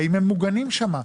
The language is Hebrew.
האם הם מוגנים שם?